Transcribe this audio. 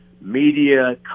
media